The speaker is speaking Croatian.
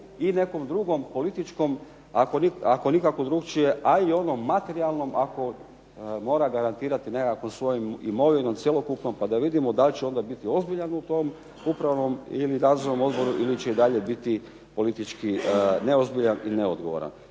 i nekom drugom političkom, ako nikako drukčije, a i onom materijalnom ako mora garantirati nekakvom svojom imovinom cjelokupnom pa da vidimo da li će onda biti ozbiljan u tom upravnom ili nadzornom odboru ili će i dalje biti politički neozbiljan i neodgovoran.